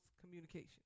communication